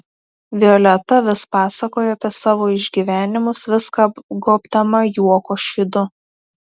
violeta vis pasakojo apie savo išgyvenimus viską apgobdama juoko šydu